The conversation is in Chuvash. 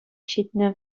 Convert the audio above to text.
ҫитнӗ